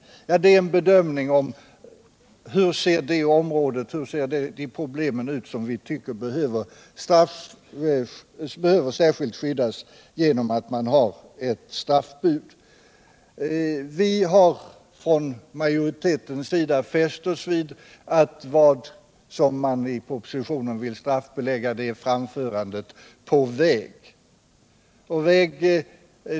Det är fråga om en bedömning av hur det geografiska område ser ut som vi tycker behöver särskilt skyddas genom att man har ett straffbud. Vi har från majoritetens sida fäst oss vid att vad man i propositionen vill straffbelägga är framförandet på väg.